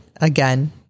Again